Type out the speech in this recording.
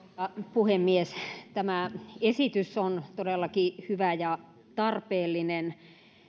puhemies tämä esitys on todellakin hyvä ja tarpeellinen